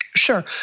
Sure